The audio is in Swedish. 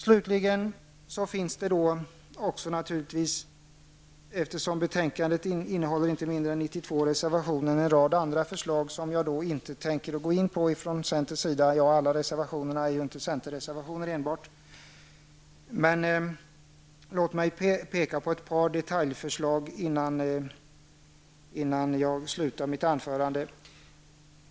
Slutligen finns det en rad andra förslag från centern, eftersom betänkandet innehåller inte mindre än 92 reservationer, men jag tänker inte gå in på dem. Ja, alla reservationer är ju inte centerreservationer enbart. Men låt mig peka på ett par detaljförslag innan jag slutar mitt anförande.